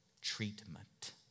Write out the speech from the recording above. treatment